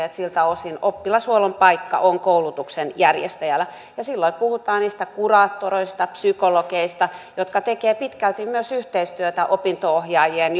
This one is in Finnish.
että siltä osin oppilashuollon paikka on koulutuksen järjestäjällä ja silloin puhutaan niistä kuraattoreista psykologeista jotka tekevät pitkälti yhteistyötä myös opinto ohjaajien